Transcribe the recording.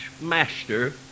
master